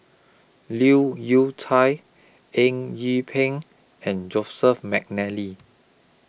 Leu Yew Chye Eng Yee Peng and Joseph Mcnally